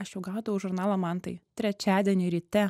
aš jau gaudavau žurnalą mantai trečiadienį ryte